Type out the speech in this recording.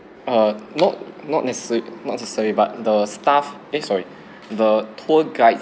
err not not necessary not necessary but the staff eh sorry the tour guides